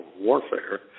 warfare